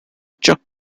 chuck